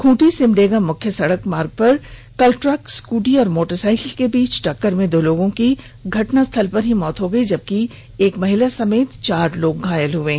खूंटी सिमडेगा मुख्य सड़क मार्ग पर कल ट्रक स्कूटी और मोटरसाईकिल के बीच हई टक्कर में दो लोगो की घटनास्थल पर ही मौत हो गयी जबकि एक महिला समेत चार लोग घायल हो गये